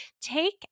Take